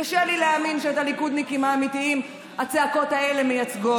קשה לי להאמין שאת הליכודניקים האמיתיים הצעקות האלה מייצגות.